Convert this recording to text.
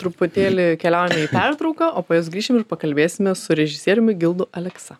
truputėlį keliaujame į pertrauką o po jos grįšim ir pakalbėsime su režisieriumi gildu aleksa